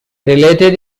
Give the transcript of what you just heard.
related